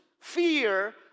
fear